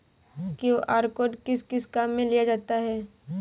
QR code किस किस काम में लिया जाता है?